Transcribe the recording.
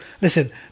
listen